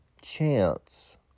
chance